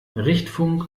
richtfunk